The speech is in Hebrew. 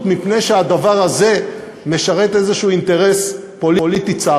מפני שהדבר הזה משרת אינטרס פוליטי צר